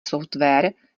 software